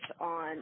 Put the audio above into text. on